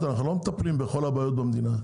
אנחנו לא מטפלים בכל הבעיות במדינה.